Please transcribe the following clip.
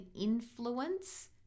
influence